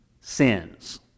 sins